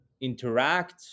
interact